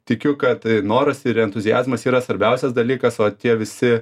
tikiu kad noras ir entuziazmas yra svarbiausias dalykas o tie visi